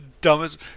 dumbest